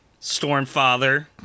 Stormfather